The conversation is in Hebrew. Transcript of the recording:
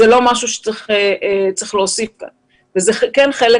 זה לא משהו שצריך להוסיף לה וזה כן חלק